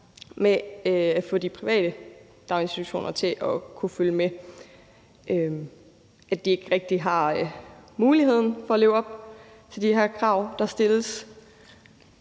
med at få de private daginstitutioner til at kunne følge med og med, at de ikke rigtig har muligheden for at leve op til de her krav, der stilles.